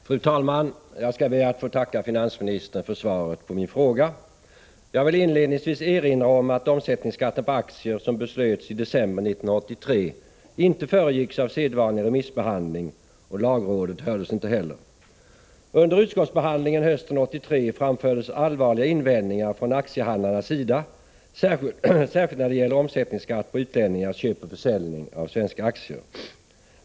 Fru talman! Jag skall be att få tacka finansministern för svaret på min fråga. Jag vill inledningsvis erinra om att beslutet om omsättningsskatt på aktier, som fattades i december 1983, inte föregicks av sedvanlig remissbehandling. Lagrådet hördes inte heller. Under utskottsbehandlingen hösten 1983 framfördes allvarliga invänd 17 ningar från aktiehandlarnas sida, särskilt när det gällde omsättningsskatt på utlänningars köp och försäljning av svenska aktier.